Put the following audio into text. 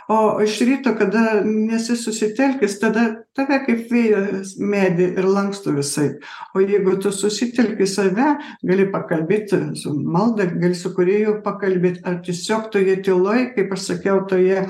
o iš ryto kada nesi susitelkęs tada tave kaip vėjas medį ir lanksto visaip o jeigu tu susitelki į save gali pakalbėti su malda gali su kūrėju pakalbėt ar tiesiog toje tyloj kaip aš sakiau toje